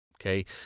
Okay